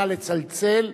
נא לצלצל.